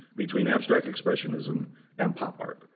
between abstract expressionism and pop art.